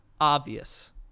obvious